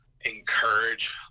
encourage